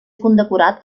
condecorat